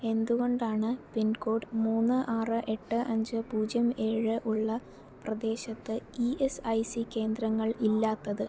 എന്തു കൊണ്ടാണ് pin code മൂന്ന് ആറ് എട്ട് അഞ്ച് പൂജ്യം ഏഴ് ഉള്ള പ്രദേശത്ത് ഈ എസ് ഐ സി കേന്ദ്രങ്ങൾ ഇല്ലാത്തത്